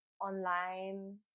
online